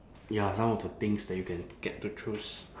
ya some of the things that you can get to choose